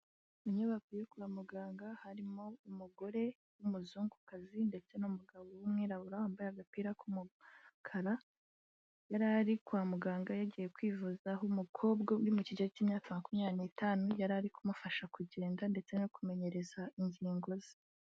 Mu nyubako yo kwa muganga harimo umugore w'umuzungukazi ndetse n'umugabo w'umwirabura, wambaye agapira k'umukara, yari ari kwa muganga yagiye kwivuza, aho umukobwa uri mu kigero cy'imyaka makumyabiri n'itanu yari ari kumufasha kugenda ndetse no kumenyereza ingingo ze.